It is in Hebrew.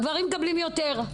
הגברים מקבלים יותר.